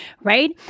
right